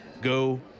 go